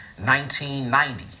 1990